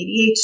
ADHD